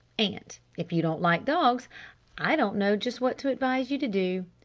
and if you don't like dogs i don't know just what to advise you to do!